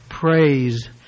praise